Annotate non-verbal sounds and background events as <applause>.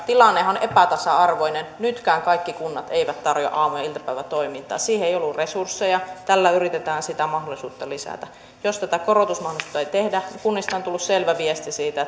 tilanne on epätasa arvoinen nytkään kaikki kunnat eivät tarjoa aamu ja iltapäivätoimintaa siihen ei ole ollut resursseja tällä yritetään sitä mahdollisuutta lisätä jos tätä korotusmahdollisuutta ei tehdä kunnista on tullut selvä viesti siitä <unintelligible>